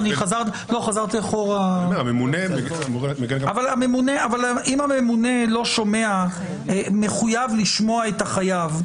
אבל אם הממונה לא מחויב לשמוע את החייב,